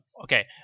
okay